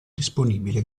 disponibile